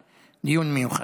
מיוחד.